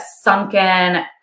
sunken